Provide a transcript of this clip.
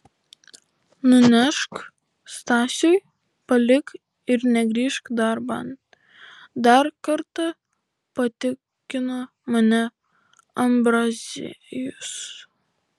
nunešk stasiui palik ir negrįžk darban dar kartą patikino mane ambraziejus